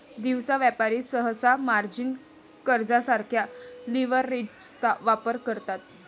दिवसा व्यापारी सहसा मार्जिन कर्जासारख्या लीव्हरेजचा वापर करतात